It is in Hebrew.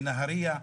בנהריה,